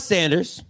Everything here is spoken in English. Sanders